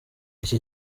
iki